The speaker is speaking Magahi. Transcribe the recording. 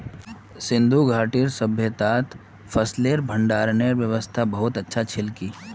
सिंधु घाटीर सभय्तात फसलेर भंडारनेर व्यवस्था बहुत अच्छा छिल की